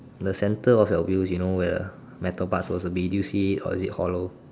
the centre of your wheels you know where the metal part should be do you see it or is it hollow